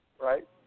right